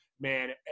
Man